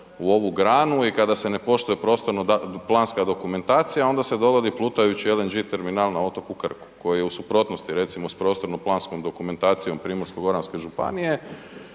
u ovu granu i kada se ne poštuje prostorno planska dokumentacija onda se dovodi plutajući LNG terminal na otoku Krku koji je u suprotnosti recimo s prostorno planskom dokumentacijom Primorsko-goranske županije